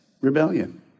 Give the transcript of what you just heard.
Rebellion